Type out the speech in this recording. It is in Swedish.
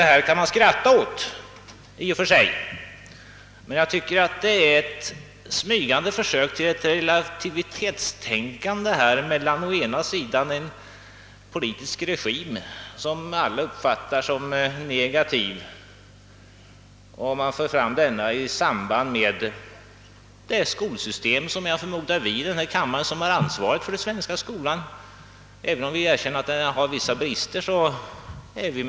Detta kan man skratta åt, men det är dock fråga om ett smygande försök till ett relativitetstänkande beträffande å ena sidan en politisk regim, som alla uppfattar som negativ, och å andra sidan det skolsystem som jag förmodar att vi i denna kammare, som har ansvaret för skolan, är stolta över även om vi erkänner att det har vissa brister.